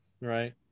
Right